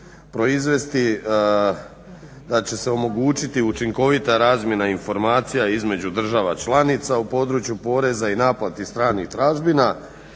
proizvesti, da će se omogućiti učinkovita razmjena informacija između država članica u području poreza i naplati stranih tražbina,